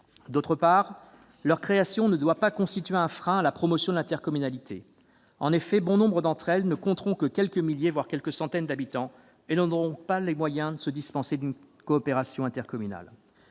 nouvelles ne doit pas constituer un frein à la promotion de l'intercommunalité. En effet, bon nombre d'entre elles ne compteront que quelques milliers d'habitants, voire quelques centaines, et n'auront pas les moyens de se dispenser d'une coopération intercommunale.